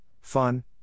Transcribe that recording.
fun